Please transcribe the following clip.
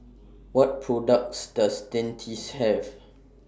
What products Does Dentiste Have